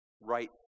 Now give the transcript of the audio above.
Right